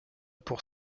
pour